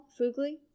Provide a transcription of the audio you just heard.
fugly